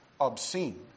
obscene